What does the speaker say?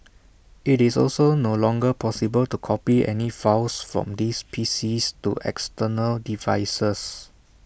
IT is also no longer possible to copy any files from these P Cs to external devices